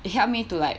it helped me to like